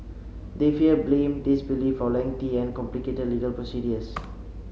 they fear blame disbelief or lengthy and complicated legal procedures